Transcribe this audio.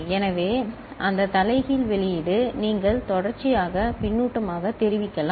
எனவே அந்த தலைகீழ் வெளியீடு நீங்கள் தொடர்ச்சியாக பின்னூட்டமாக தெரிவிக்கலாம்